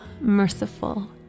merciful